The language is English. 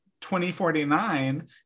2049